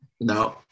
No